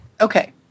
Okay